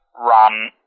run